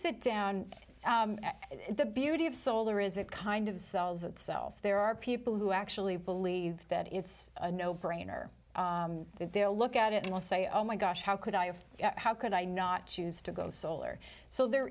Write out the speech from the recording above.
sit down and the beauty of solar is it kind of sells itself there are people who actually believe that it's a no brainer that they'll look at it and will say oh my gosh how could i have how could i not choose to go solar so there